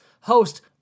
host